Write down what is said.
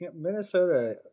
Minnesota